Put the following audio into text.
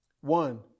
One